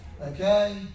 Okay